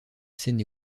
seine